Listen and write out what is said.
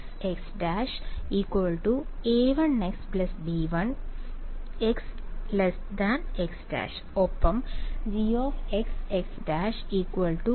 Gxx′ A1x B1 x x′ ഒപ്പം Gxx′ A2x B2 x x′